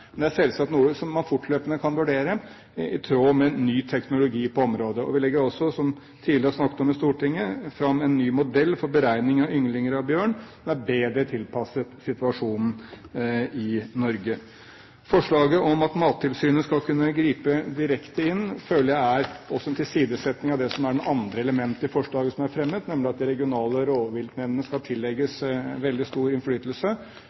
men det er selvsagt noe som man fortløpende kan vurdere, i tråd med ny teknologi på området. Vi legger også, som vi tidligere har snakket om i Stortinget, fram en ny modell for beregning av ynglinger av bjørn som er bedre tilpasset situasjonen i Norge. Forslaget om at Mattilsynet skal kunne gripe direkte inn, føler jeg er en tilsidesetting av det som er det andre elementet i forslaget som er fremmet, nemlig at de regionale rovviltnemndene skal tillegges veldig stor innflytelse.